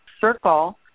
circle